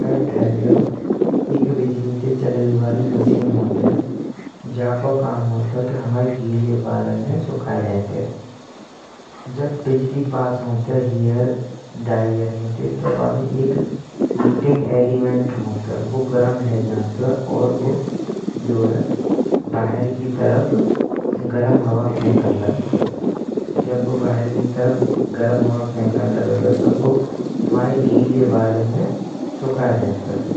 Hair dryer एक बिजली ते चलवे बारी मशीन होतये। जाको काम होतये के हमारे गिले बारन ने सुखाये देतेये, जब बिजली पास होतये हेयर ड्रायर में ते तो वामे एक हीटिंग एलिमेंट होतये तो वु गरम है जानतेयो। और वो जो है बाहर की तरफ गरम हवा फेकन लगातयो, तो वो हमारे गिले बारन ने सुखाये देतयो।